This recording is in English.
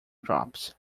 crops